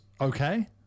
okay